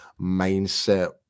mindset